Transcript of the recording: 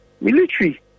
Military